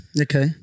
Okay